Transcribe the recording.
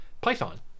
Python